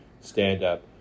stand-up